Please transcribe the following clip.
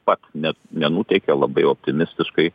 pat net nenuteikė labai optimistiškai